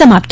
समाप्त